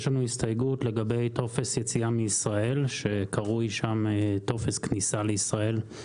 יש לנו הסתייגות לגבי טופס יציאה מישראל שקרוי שם טופס כניסה לישראל,